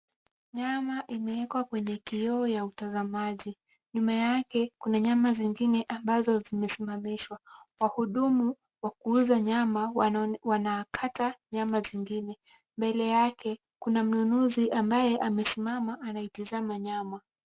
Nyama imeekwa kwenye kioo ya utazamaji. Nyuma yake kuna nyama zingine ambazo zimesimamishwa. Wahudumu wa kuuza nyama wanakata nyama zingine. Mbele yake kuna mnunuzi ambaye amesimama anaitizama nyama.